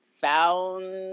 found